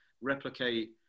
replicate